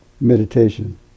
meditation